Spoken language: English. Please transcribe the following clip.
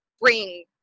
bring